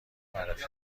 معرفی